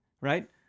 right